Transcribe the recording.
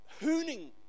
hooning